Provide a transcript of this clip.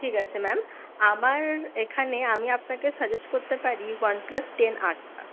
ঠিক আছে ম্যাম আমার এখানে আমি আপনাকে সাজেস্ট করতে পারি ওয়ানপ্লাস টেন আরটা